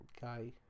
guy